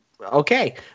Okay